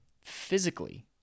physically